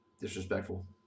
disrespectful